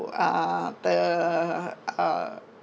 w~ ah the uh